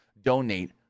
donate